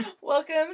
welcome